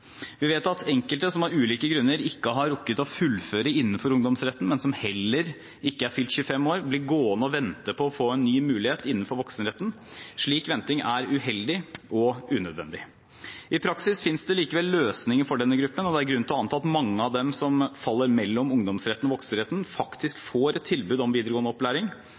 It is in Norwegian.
Vi vet at enkelte som av ulike grunner ikke har rukket å fullføre innenfor ungdomsretten, men som heller ikke er fylt 25 år, blir gående og vente på å få en ny mulighet innenfor voksenretten. Slik venting er uheldig og unødvendig. I praksis fins det likevel løsninger for denne gruppen, og det er grunn til å anta at mange av dem som faller mellom ungdomsretten og voksenretten, faktisk får et tilbud om videregående opplæring.